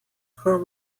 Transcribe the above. her